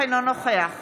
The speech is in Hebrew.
אינו נוכח